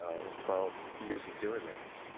almost twelve years of doing this,